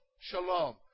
Shalom